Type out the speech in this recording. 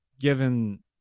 given